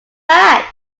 bad